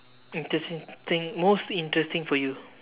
interesting thing most interesting for you